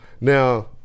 now